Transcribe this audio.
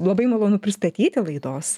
labai malonu pristatyti laidos